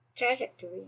Trajectory